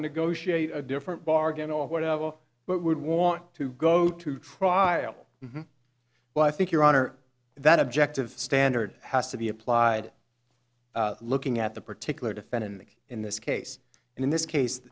negotiate a different bargain or whatever but would want to go to trial but i think your honor that objective standard has to be applied looking at the particular defendant in this case and in this case